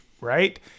Right